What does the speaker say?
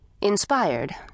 Inspired